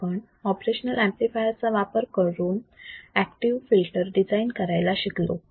आपण operational amplifier चा वापर करून ऍक्टिव्ह फिल्टर डिझाईन करायला शिकलो